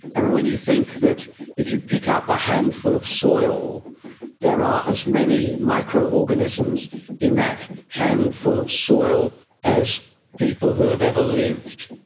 and when when you think that if you pick up a handful of soil there are as many microorganisms in that handful of soil as people who have ever lived,